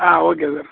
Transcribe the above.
ಹಾಂ okay sir